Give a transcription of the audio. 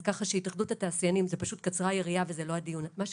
אז ככה שקצרה היריעה לגבי פעילות התאחדות התעשיינים וזה לא הדיון.